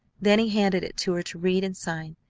then he handed it to her to read and sign.